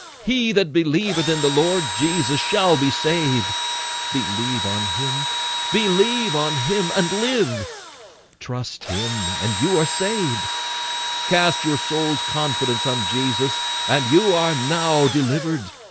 he that believeth in the lord jesus shall be saved believe on him believe on him and live trust him and you are saved cast your souls confidence on jesus and you are now delivered